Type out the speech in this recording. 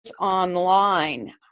online